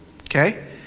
okay